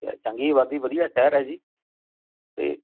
ਚੰਗੀ ਆਬਾਦੀ ਵਧੀਆ ਸ਼ਹਿਰ ਹੈ ਜੀ